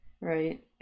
right